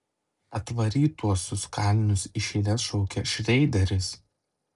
atvarytuosius kalinius iš eilės šaukia šreideris